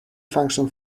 function